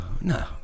no